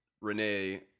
Renee